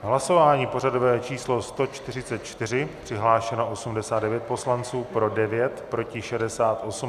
V hlasování pořadové číslo 144 přihlášeno 89 poslanců, pro 9, proti 68.